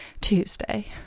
Tuesday